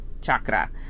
chakra